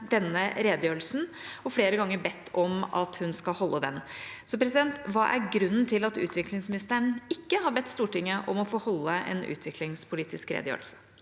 denne redegjørelsen og flere ganger bedt om at hun skal holde den. Hva er grunnen til at utviklingsministeren ikke har bedt Stortinget om å få holde en utviklingspolitisk redegjørelse?